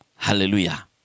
Hallelujah